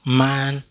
man